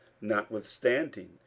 Notwithstanding